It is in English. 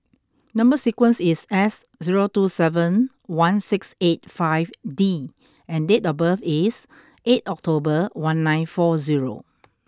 number sequence is S zero two seven one six eight five D and date of birth is eighth October one nine four zero